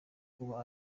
kuba